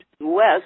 west